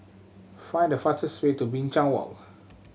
find the fastest way to Binchang Walk